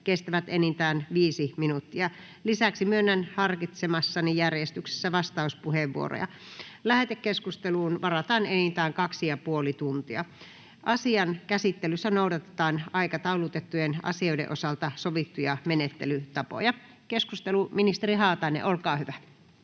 kestävät enintään 5 minuuttia. Lisäksi myönnän harkitsemassani järjestyksessä vastauspuheenvuoroja. Lähetekeskusteluun varataan enintään kaksi ja puoli tuntia. Asian käsittelyssä noudatetaan aikataulutettujen asioiden osalta sovittuja menettelytapoja. — Keskustelu, ministeri Haatainen, olkaa hyvä.